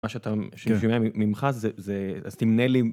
מה שאתה, שאני, שומע ממך זה אז תמנה לי.